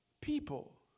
people